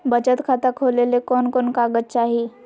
बचत खाता खोले ले कोन कोन कागज चाही?